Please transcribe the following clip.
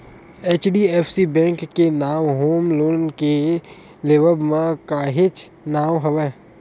HDFC bank के नांव home loan के लेवब म काहेच नांव हवय